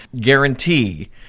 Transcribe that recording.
Guarantee